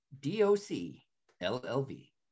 D-O-C-L-L-V